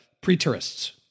pre-tourists